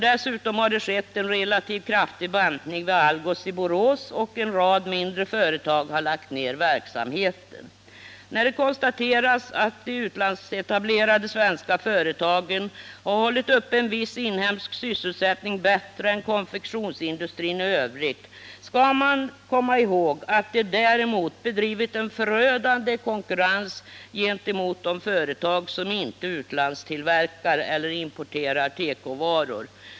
Dessutom har det skett en relativt kraftig bantning vid Algots i Borås, och en rad mindre företag har lagt ner verksamheten. När det konstateras att de utlandsetablerade svenska företagen har hållit uppe en viss inhemsk sysselsättning bättre än konfektionsindustrin i övrigt skall man komma ihåg att de däremot bedrivit en förödande konkurrens gentemot de företag som inte utlandstillverkar eller importerar tekovaror.